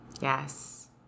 Yes